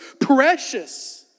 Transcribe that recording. precious